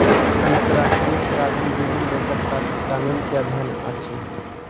अंतरराष्ट्रीय कराधन विभिन्न देशक कर कानून के अध्ययन अछि